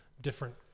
different